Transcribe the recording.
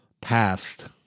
past